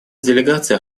делегация